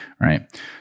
right